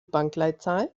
bankleitzahl